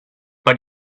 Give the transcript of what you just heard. but